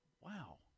wow